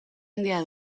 handia